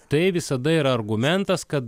tai visada yra argumentas kad